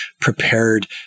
prepared